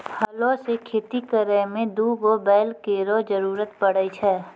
हलो सें खेती करै में दू गो बैल केरो जरूरत पड़ै छै